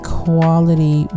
quality